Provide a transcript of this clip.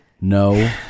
No